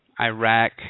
Iraq